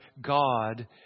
God